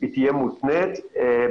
ד"ר אורי שרון,